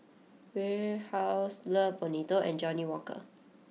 Warehouse Love Bonito and Johnnie Walker